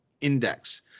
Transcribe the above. Index